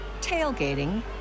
tailgating